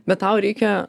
bet tau reikia